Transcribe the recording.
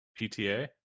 pta